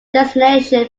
destination